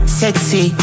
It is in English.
sexy